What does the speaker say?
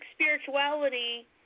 spirituality